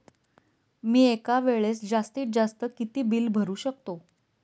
मी एका वेळेस जास्तीत जास्त किती बिल भरू शकतो?